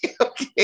okay